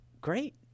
great